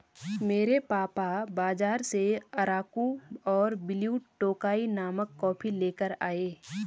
मेरे पापा बाजार से अराकु और ब्लू टोकाई नामक कॉफी लेकर आए